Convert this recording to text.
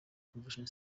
convention